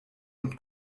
und